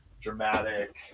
dramatic